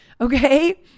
okay